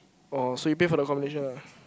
oh so you pay for the accommodation ah